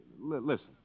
Listen